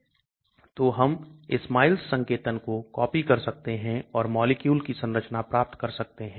तो हम SMILES संकेतन को कॉपी कर सकते हैं और मॉलिक्यूल की संरचना प्राप्त कर सकते हैं